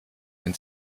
wenn